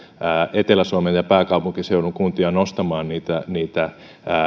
etelä suomen ja pääkaupunkiseudun kuntia nostamaan niitä niitä